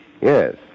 Yes